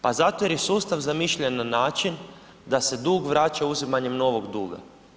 Pa zato jer je sustav zamišljen na način da se dug vraća uzimanjem novog duga.